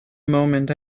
moment